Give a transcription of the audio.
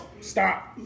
Stop